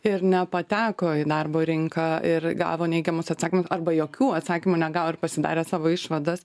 ir nepateko į darbo rinką ir gavo neigiamus atsakymus arba jokių atsakymų negavo ir pasidarė savo išvadas